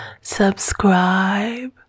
subscribe